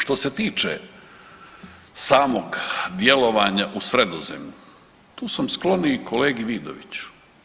Što se tiče samog djelovanja u Sredozemlju tu sam skloniji kolegi Vidoviću.